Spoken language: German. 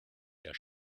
der